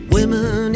Women